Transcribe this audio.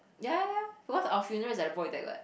ya ya because our funeral is at the void deck what